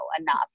enough